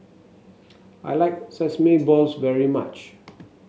I like Sesame Balls very much